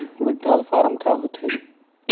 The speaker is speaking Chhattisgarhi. विड्राल फारम का होथे?